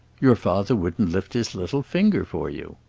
your father wouldn't lift his little finger for you.